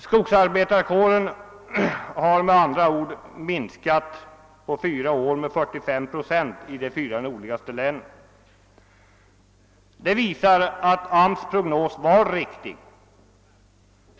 Skogsarbetarkåren har alltså på fyra år minskats med 45 procent i de fyra nordligaste länen. Det visar att AMS” prognos var riktig.